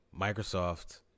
Microsoft